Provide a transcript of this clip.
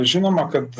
žinoma kad